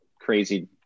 crazy